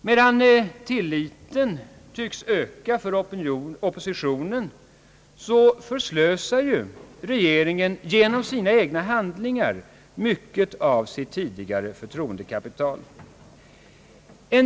Medan tilliten tycks öka för oppositionen, förslösar ju regeringen genom sina egna handlingar mycket av sitt tidigare förtroendekapital.